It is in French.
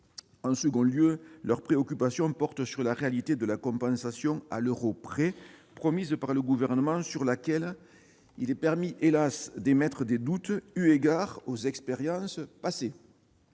En second lieu, leurs préoccupations portent sur la réalité de la compensation « à l'euro près », promise par le Gouvernement, sur laquelle il est permis d'émettre des doutes eu égard aux expériences passées.